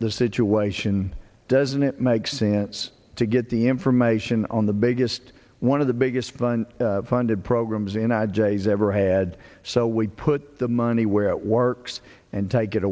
the situation doesn't it make sense to get the information on the biggest one of the biggest funded programs in i'd say he's ever had so we put the money where it works and take it